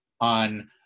on